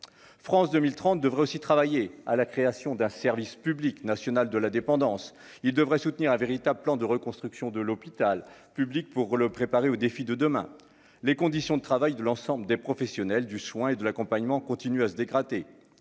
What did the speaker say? France 2030 devrait aussi travailler à la création d'un service public national de la dépendance, il devrait soutenir un véritable plan de reconstruction de l'hôpital public pour le préparer aux défis de demain, les conditions de travail, de l'ensemble des professionnels du soin et de l'accompagnement, continue à se dégrader